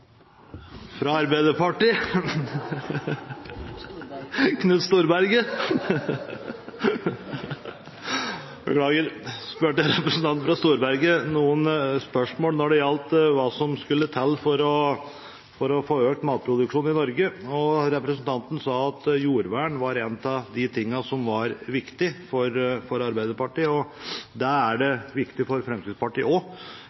fra Arbeiderpartiet … Knut Storberget. Knut Storberget, ja … Beklager. Jeg stilte representanten Storberget noen spørsmål når det gjaldt hva som skulle til for å få økt matproduksjonen i Norge, og representanten sa at jordvern var en av de tingene som var viktig for Arbeiderpartiet. Det er